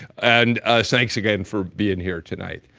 and thanks again for being here tonight.